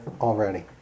already